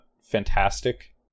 fantastic